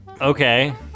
Okay